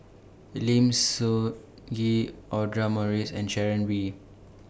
Lim Sun Gee Audra Morrice and Sharon Wee